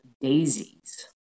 daisies